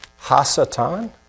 Hasatan